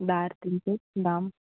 बार तीनचे दाम